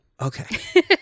Okay